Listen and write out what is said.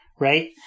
right